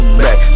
back